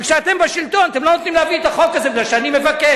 וכשאתם בשלטון אתם לא נותנים להביא את החוק הזה מפני שאני מבקש.